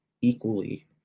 equally